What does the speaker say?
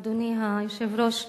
אדוני היושב-ראש,